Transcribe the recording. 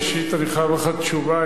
ראשית אני חייב לך תשובה,